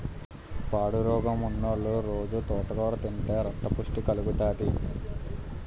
పాండురోగమున్నోలు రొజూ తోటకూర తింతే రక్తపుష్టి కలుగుతాది